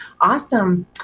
Awesome